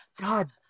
God